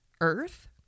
earth